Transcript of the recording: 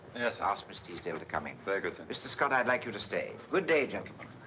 yes? ask miss teasdale to come in. very good, sir. mr. scott, i'd like you to stay. good day, gentlemen.